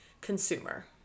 consumer